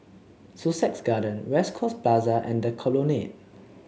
Sussex Garden West Coast Plaza and The Colonnade